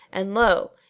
and lo!